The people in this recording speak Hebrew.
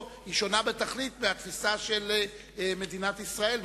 שונות בתכלית מהתפיסה של מדינת ישראל.